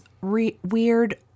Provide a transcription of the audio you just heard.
weird